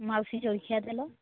ମାଉସୀ ଜଳଖିଆ ଦେଲ